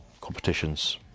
competitions